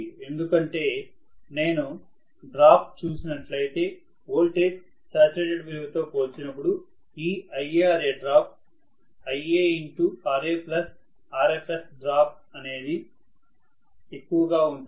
ఎందుకంటే నేను డ్రాప్ చూసినట్లయితే వోల్టేజ్ శాచ్యురేటెడ్ విలువతో పోల్చినప్పుడు ఈ IaRaడ్రాప్ IaRaRFSడ్రాప్ అనేది ఎక్కువగా ఉంటుంది